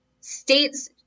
States